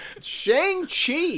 Shang-Chi